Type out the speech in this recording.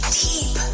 deep